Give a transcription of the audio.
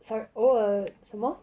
sorry 偶尔什么